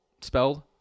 spelled